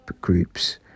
groups